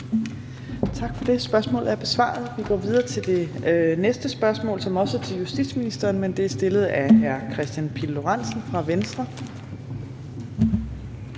Tak for det. Spørgsmålet er besvaret. Vi går videre til det næste spørgsmål, som også er til justitsministeren, men er stillet af hr. Kristian Pihl Lorentzen fra Venstre.